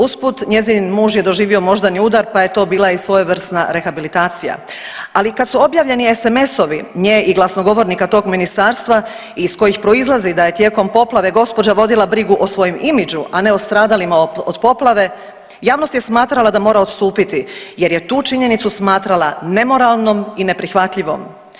Usput njezin muž je doživio moždani udar pa je to bila i svojevrsna rehabilitacija, ali kad su objavljeni SMS-ovi nje i glasnogovornika tog ministarstva iz kojih proizlazi da je tijekom poplave gospođa vodila brigu o svojem imidžu, a ne o stradalima od poplave javnost je smatrala da mora odstupiti jer je tu činjenicu smatrala nemoralnom i neprihvatljivom.